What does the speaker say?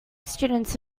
students